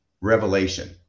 revelation